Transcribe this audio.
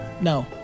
No